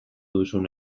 duzun